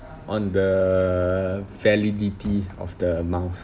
on the validity of the miles